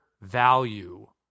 value